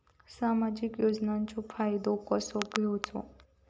सामाजिक योजनांचो फायदो कसो घेवचो?